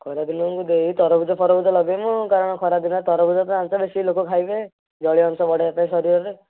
ଖରାଦିନକୁ ଏଇ ତରଭୁଜ ଫରଭୁଜ ଲଗାଇବୁ କାରଣ ଖରାଦିନେ ତରଭୁଜ ତ ଜାଣିଛ ବେଶି ଲୋକ ଖାଇବେ ଜଳୀୟ ଅଂଶ ବଢ଼ାଇବା ପାଇଁ ଶରୀରରେ